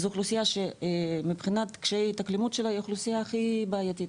זו אוכלוסייה שמבחינת קשיי התאקלמות שלה היא האוכלוסייה הכי בעייתית,